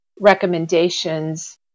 recommendations